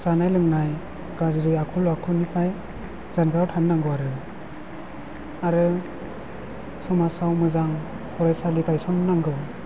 जानाय लोंनाय गाज्रि आखल आखुनिफ्राय जानगाराव थानो नांगौ आरो आरो समाजाव मोजां फरायसालि गायसननांगौ